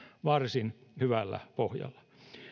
varsin hyvällä pohjalla